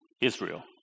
Israel